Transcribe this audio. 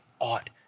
ought